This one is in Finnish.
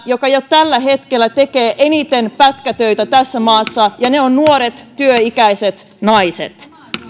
joka jo tällä hetkellä tekee eniten pätkätöitä tässä maassa ja se on nuoret työikäiset naiset